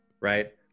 right